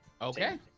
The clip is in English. Okay